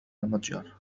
المتجر